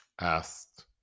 asked